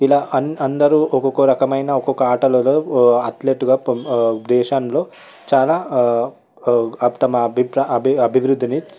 ఇలా అందరూ ఒక్కొక్క రకమైన ఒక్కొక్క ఆటలలో అథ్లెట్గా దేశంలో చాలా అభి అభివృద్ధిని